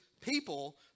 people